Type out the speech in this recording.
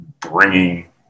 bringing